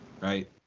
Right